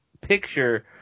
picture